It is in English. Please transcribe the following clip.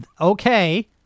okay